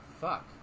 Fuck